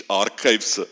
archives